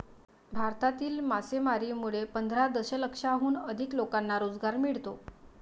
भारतातील मासेमारीमुळे पंधरा दशलक्षाहून अधिक लोकांना रोजगार मिळतो